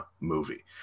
movie